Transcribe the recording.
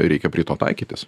reikia prie to taikytis